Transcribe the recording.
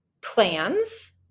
plans